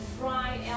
right